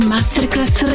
Masterclass